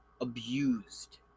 abused